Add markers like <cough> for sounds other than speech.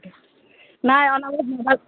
নাই <unintelligible>